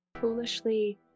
Foolishly